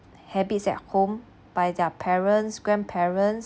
habits at home by their parents grandparents